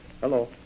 Hello